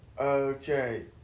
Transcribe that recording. Okay